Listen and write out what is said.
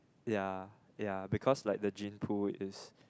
ya ya because like the gene pool is